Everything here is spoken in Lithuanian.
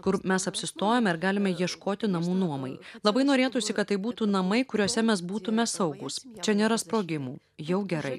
kur mes apsistojome ir galime ieškoti namų nuomai labai norėtųsi kad tai būtų namai kuriuose mes būtume saugūs čia nėra sprogimų jau gerai